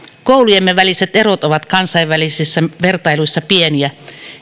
koulujemme väliset erot ovat kansainvälisissä vertailuissa pieniä